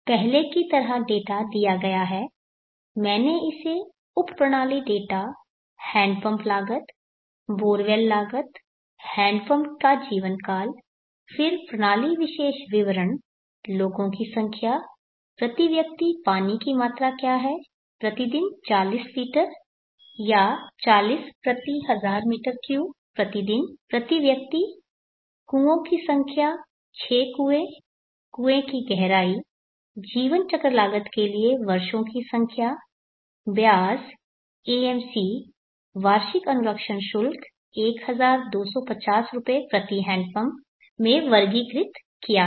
पहले की तरह डेटा दिया गया है मैंने इसे उप प्रणाली डेटा हैंडपंप लागत बोरवेल लागत हैंडपंप का जीवनकाल फिर प्रणाली विशेष विवरण लोगों की संख्या प्रति व्यक्ति पानी की मात्रा क्या है प्रतिदिन 40 लीटर या 40 प्रति 1000 m3 प्रतिदिन प्रति व्यक्ति कुओं की संख्या 6 कुएं कुएं की गहराई जीवन चक्र लागत के लिए वर्षों की संख्या ब्याज AMC वार्षिक अनुरक्षण शुल्क 1250 रुपये प्रति हैंडपंप में वर्गीकृत किया है